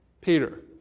Peter